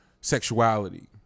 sexuality